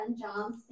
John